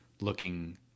looking